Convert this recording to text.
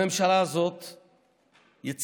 הממשלה הזאת יציבה,